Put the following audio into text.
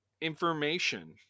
information